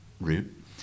route